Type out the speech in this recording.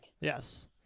Yes